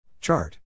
Chart